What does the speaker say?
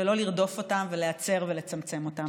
ולא לרדוף אותם ולהצר ולצמצם אותם.